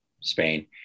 Spain